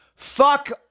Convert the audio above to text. Fuck